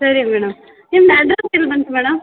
ಸರಿ ಮೇಡಮ್ ನಿಮ್ದು ಅಡ್ರೆಸ್ ಎಲ್ಲಿ ಬಂತು ಮೇಡಮ್